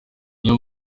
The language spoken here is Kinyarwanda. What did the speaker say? niyo